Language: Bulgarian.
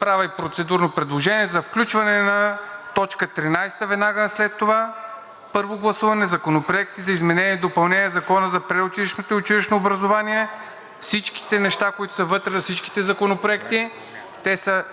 правя процедурно предложение за включване на точка 13 веднага след това – Първо гласуване на Законопроекти за изменение и допълнение на Закона за предучилищното и училищното образование, всичките неща, които са вътре, с всичките законопроекти – това